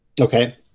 Okay